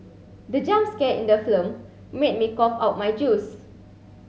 the jump scare in the film made me cough out my juice